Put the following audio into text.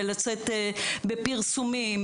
לצאת בפרסומים,